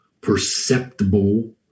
perceptible